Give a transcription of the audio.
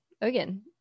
again